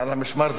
ב"על המשמר"?